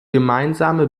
gemeinsame